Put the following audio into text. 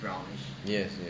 yes yes